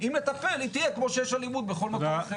אם נטפל, היא תהיה כמו שיש אלימות בכל מקום.